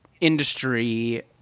industry